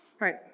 right